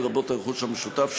לרבות הרכוש המשותף,